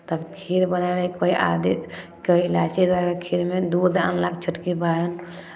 तब खीर बनाबैके कोइ आदी कोइ इलायची देलक खीरमे दूध आनलक छोटकी बहीन